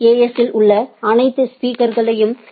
எஸ்ஸில் உள்ள அனைத்து ஸ்பீக்கா்ஸ்களையும் ஐ